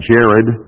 Jared